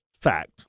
fact